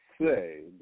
say